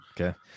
Okay